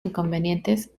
inconvenientes